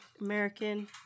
American